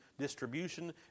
distribution